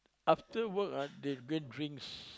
after work ah they go and drinks